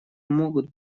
могут